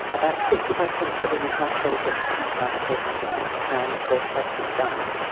about sixty five percent of the women have children inside the prison we think and thirty five percent don't.